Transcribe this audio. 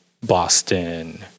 Boston